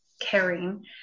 caring